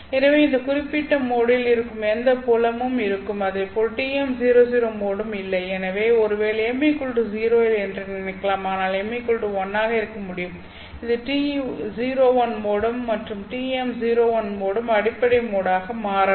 எனவே இந்த குறிப்பிட்ட மோடில் இருக்கும் எந்தத் புலமும் இருக்கும் அதேபோல் TM00 மோடும் இல்லை எனவே ஒருவேளை m 0 இல்லை என்று நினைக்கலாம் ஆனால் m 1 இருக்க முடியும் அது TE01 மோடும் மற்றும் TM01 மோடும் அடிப்படை மோடாக மாறலாம்